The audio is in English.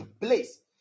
place